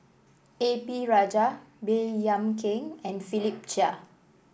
A P Rajah Baey Yam Keng and Philip Chia